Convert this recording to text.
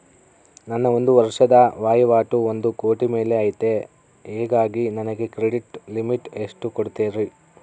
ನನ್ನ ಒಂದು ವರ್ಷದ ವಹಿವಾಟು ಒಂದು ಕೋಟಿ ಮೇಲೆ ಐತೆ ಹೇಗಾಗಿ ನನಗೆ ಕ್ರೆಡಿಟ್ ಲಿಮಿಟ್ ಎಷ್ಟು ಕೊಡ್ತೇರಿ?